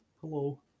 Hello